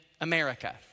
America